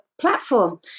platform